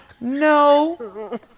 no